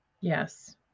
Yes